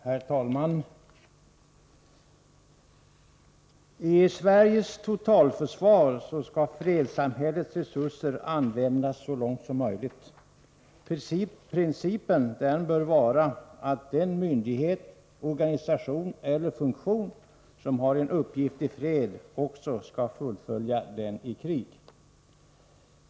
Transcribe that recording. Herr talman! I Sveriges totalförsvar skåll fredssamhällets resurser användas så långt som möjligt. Principen bör vara att den myndighet, organisation eller funktion som har en uppgift i fred också skall fullfölja den i krig.